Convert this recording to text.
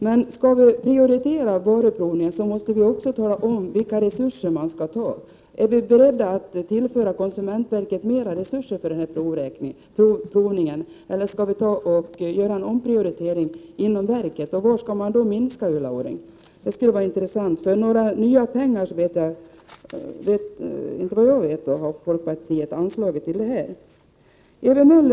Skall vi prioritera varuprovningen måste vi emellertid också tala om vilka resurser vi är beredda att avsätta. Är vi beredda att tillföra konsumentverket mer resurser för denna provning, eller skall det göras en omprioritering inom verket? Vad skall man i så fall minska på, Ulla Orring? Det vore intressant att få veta. Såvitt jag känner till har inte folkpartiet anslagit några pengar till detta.